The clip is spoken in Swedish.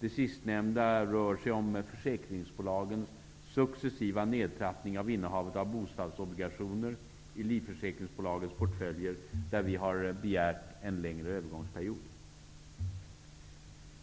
Det sistnämnda rör sig om försäkringsbolagens successiva nedtrappning av innehavet av bostadsobligationer i livförsäkringsbolagens portföljer, där vi har begärt en längre övergångsperiod.